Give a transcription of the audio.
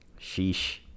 Sheesh